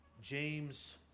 James